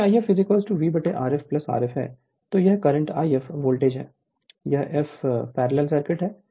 Refer Slide Time 1255 यदि If V Rf Rf तो यह करंट If वोल्टेज हैयह एक पैरेलल सर्किट है